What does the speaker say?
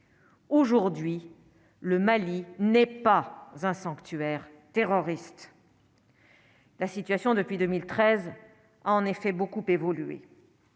Aujourd'hui le Mali n'est pas un sanctuaire terroriste. La situation depuis 2013 en effet beaucoup évolué.